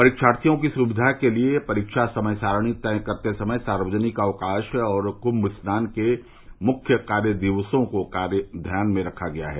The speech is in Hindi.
परीक्षार्थियों की सुविधा के लिए परीक्षा समय सारिणी तय करते समय सार्वजनिक अवकाश और कुंम स्नान के मुख्य दिवसों को ध्यान में रखा गया है